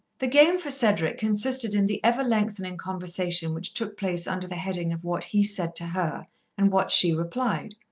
the game for cedric consisted in the ever-lengthening conversation which took place under the heading of what he said to her and what she replied.